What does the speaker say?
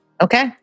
Okay